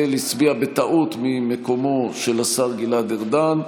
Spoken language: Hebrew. הצביעה בטעות ממקומו של השר גלעד ארדן.